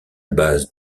base